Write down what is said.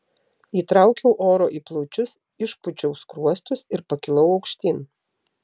įtraukiau oro į plaučius išpūčiau skruostus ir pakilau aukštyn